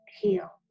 heal